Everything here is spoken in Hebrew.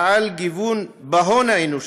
ועל גיוון בהון האנושי,